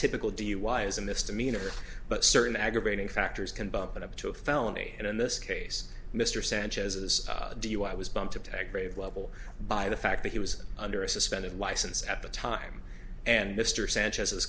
typical do you why is a misdemeanor but certain aggravating factors can bump it up to a felony and in this case mr sanchez's dui was bumped attack grade level by the fact that he was under a suspended license at the time and mr sanchez